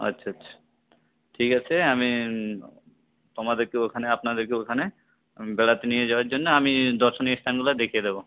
আচ্ছা আচ্ছা ঠিক আছে আমি তোমাদেরকে ওখানে আপনাদেরকে ওখানে আমি বেড়াতে নিয়ে যাওয়ার জন্যে আমি দর্শনীয় স্থানগুলো দেখিয়ে দেবো